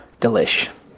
delish